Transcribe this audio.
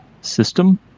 system